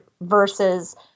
versus